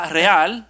real